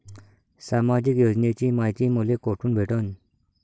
सामाजिक योजनेची मायती मले कोठून भेटनं?